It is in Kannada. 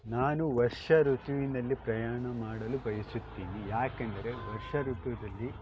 ನಾನು ವರ್ಷ ಋತುವಿನಲ್ಲಿ ಪ್ರಯಾಣ ಮಾಡಲು ಬಯಸುತ್ತೇನಿ ಏಕೆಂದರೆ ವರ್ಷ ಋತುನಲ್ಲಿ